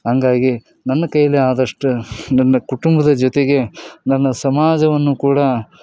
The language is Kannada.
ಹಂಗಾಗಿ ನನ್ನ ಕೈಯ್ಯಲ್ಲಿ ಆದಷ್ಟು ನನ್ನ ಕುಟುಂಬದ ಜೊತೆಗೆ ನನ್ನ ಸಮಾಜವನ್ನು ಕೂಡ